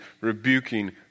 rebuking